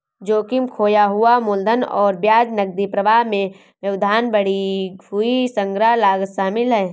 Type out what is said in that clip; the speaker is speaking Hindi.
जोखिम, खोया हुआ मूलधन और ब्याज, नकदी प्रवाह में व्यवधान, बढ़ी हुई संग्रह लागत शामिल है